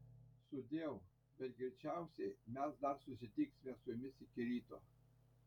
sudieu bet greičiausiai mes dar susitiksime su jumis iki ryto